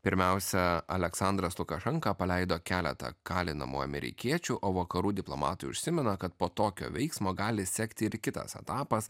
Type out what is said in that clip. pirmiausia aleksandras lukašenka paleido keletą kalinamų amerikiečių o vakarų diplomatai užsimena kad po tokio veiksmo gali sekti ir kitas etapas